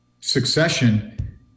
succession